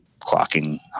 clocking